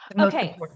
Okay